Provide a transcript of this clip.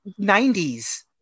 90s